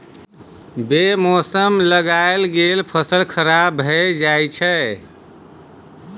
बे मौसम लगाएल गेल फसल खराब भए जाई छै